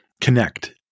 connect